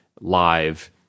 live